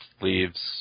leaves